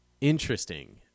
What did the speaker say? interesting